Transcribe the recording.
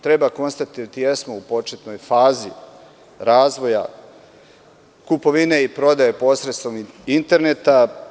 Treba da konstatujemo da mi jesmo u početnoj fazi razvoja kupovine i prodaje posredstvom interneta.